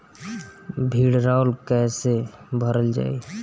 भीडरौल कैसे भरल जाइ?